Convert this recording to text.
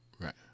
Right